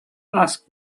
asked